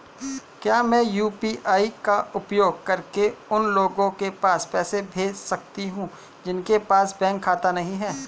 क्या मैं यू.पी.आई का उपयोग करके उन लोगों के पास पैसे भेज सकती हूँ जिनके पास बैंक खाता नहीं है?